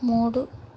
మూడు